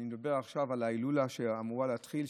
אני מדבר עכשיו על ההילולה שאמורה להתחיל,